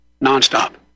Non-stop